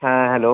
হ্যাঁ হ্যালো